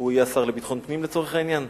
הוא יהיה השר לביטחון פנים לצורך העניין?